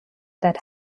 that